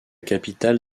capitale